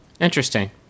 Interesting